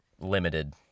limited